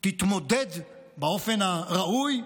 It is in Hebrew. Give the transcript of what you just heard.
תתמודד באופן הראוי,